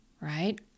Right